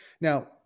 Now